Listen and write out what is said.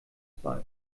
bei